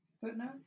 Footnote